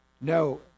No